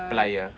plier